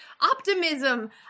optimism